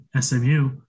SMU